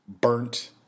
burnt